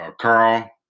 Carl